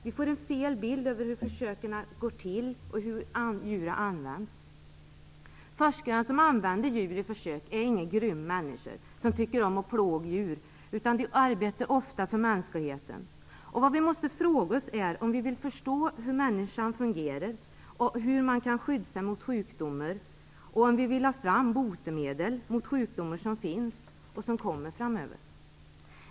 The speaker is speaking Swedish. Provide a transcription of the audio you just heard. Vi får en felaktig bild av hur försöken går till och hur djuren används. Forskarna, som använder djur vid försök, är inga grymma människor som tycker om att plåga djur, utan de arbetar ofta för mänskligheten. Vad vi måste fråga oss är om vi vill förstå hur människan fungerar, hur man kan skydda sig mot sjukdomar och om vi vill ha fram botemedel mot sjukdomar som finns och som kommer framöver.